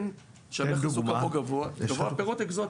הפירות האקזוטיים,